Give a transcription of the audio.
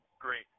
Great